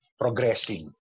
progressing